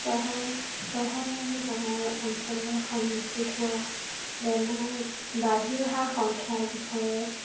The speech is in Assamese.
চহৰ চহৰ আৰু গাঁৱৰ অঞ্চলে সন্মুখীন হোৱা বেমাৰ বাঢ়ি অহাৰ সংখ্যাৰ বিষয়ে